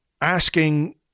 asking